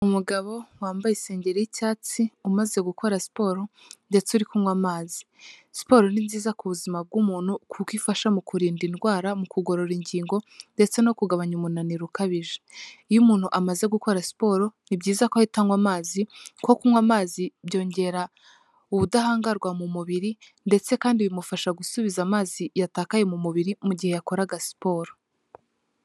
Umugabo wambaye isengeri y'icyatsi, umaze gukora siporo ndetse uri kunywa amazi. Siporo ni nziza ku buzima bw'umuntu, kuko ifasha mu kurinda indwara, mu kugorora ingingo, ndetse no kugabanya umunaniro ukabije. Iyo umuntu amaze gukora siporo ni byiza ko ahita anywa amazi, kuko kunywa amazi byongera ubudahangarwa mu mubiri, ndetse kandi bimufasha gusubiza amazi yatakaye mu mubiri mu gihe yakoraga siporo.